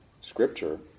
Scripture